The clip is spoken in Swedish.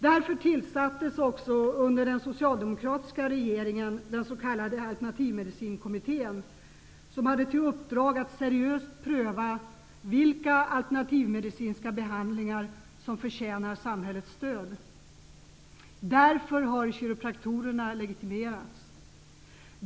Därför tillsattes under den socialdemokratiska regeringen Alternativmedicinkommittén, som hade i uppdrag att seriöst pröva vilka alternativmedicinska behandlingar som förtjänar samhällets stöd. Därför har kiropraktorerna legitimerats.